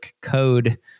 Code